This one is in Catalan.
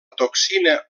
toxina